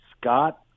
Scott